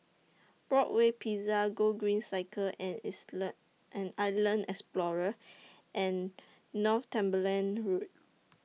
Broadway Pizza Gogreen Cycle and Islam and Island Explorer and Northumberland Road